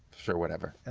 sure, whatever.